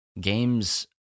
games